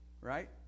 Right